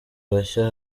bashya